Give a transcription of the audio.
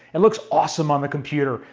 it looks awesome on the computer,